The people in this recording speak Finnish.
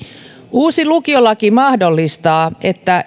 uusi lukiolaki mahdollistaa että